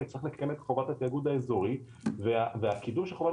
שצריך לקיים את חובת התאגוד האזורי והקידום של חובת